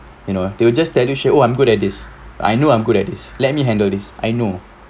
you know they will just that you shit oh I'm good at this I know I'm good at is let me handle this I know